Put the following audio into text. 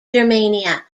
germania